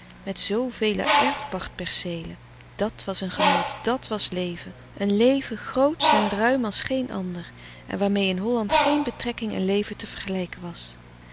met zo vele erfpachtsperceelen dat was een genot dat was leven een leven grootsch en ruim als geen ander en waarmeê in holland geen betrekking en leven te vergelijken was